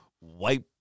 wipe